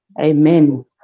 Amen